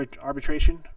arbitration